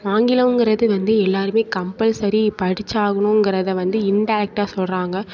ஆங்கிலங்கிறது வந்து எல்லாருமே கம்பல்சரி படித்தாகணுங்குறத வந்து இன்டெரக்ட்டாக சொல்கிறாங்க